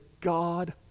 God